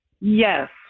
Yes